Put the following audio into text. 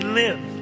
live